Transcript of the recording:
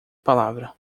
palavra